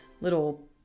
little